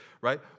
right